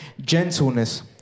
gentleness